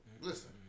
Listen